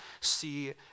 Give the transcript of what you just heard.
see